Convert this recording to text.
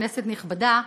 כנסת נכבדה,